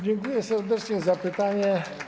Dziękuję serdecznie za pytanie.